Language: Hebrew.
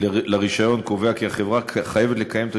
41.1.1 לרישיון קובע כי החברה חייבת לקיים את